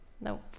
No